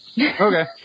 Okay